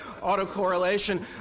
autocorrelation